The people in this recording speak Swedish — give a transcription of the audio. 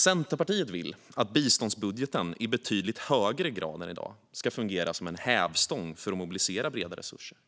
Centerpartiet vill att biståndsbudgeten i betydligt högre grad än i dag ska fungera som en hävstång för att mobilisera bredare resurser,